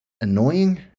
annoying